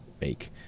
make